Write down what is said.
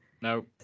no